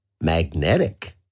magnetic